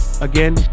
again